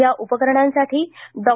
या उपकरणांसाठी डॉ